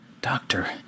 Doctor